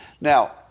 Now